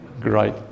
Great